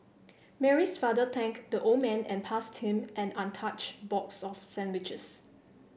Mary's father thanked the old man and passed him an untouched box of sandwiches